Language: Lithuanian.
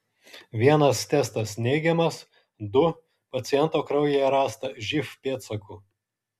vienas testas neigiamas du paciento kraujyje rasta živ pėdsakų